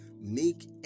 make